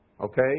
Okay